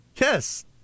yes